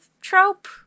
trope